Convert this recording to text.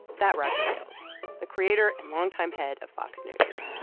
that roger ailes the creator and longtime head of fox news,